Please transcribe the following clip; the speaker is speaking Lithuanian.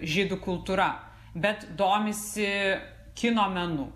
žydų kultūra bet domisi kino menu